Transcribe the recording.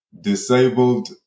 Disabled